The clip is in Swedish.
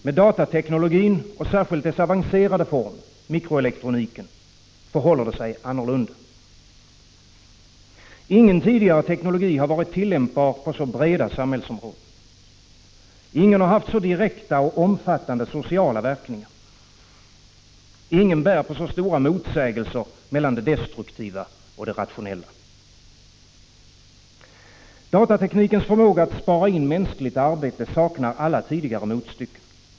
Med datateknologin — och särskilt dess avancerade form: mikroelektroniken — förhåller det sig annorlunda. Ingen tidigare teknologi har varit tillämpbar på så breda samhällsområden. Ingen har haft så direkta och omfattande sociala verkningar. Ingen bär på så stora motsägelser mellan det destruktiva och det rationella. Datateknikens förmåga att spara in mänskligt arbete saknar alla tidigare motstycken.